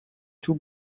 two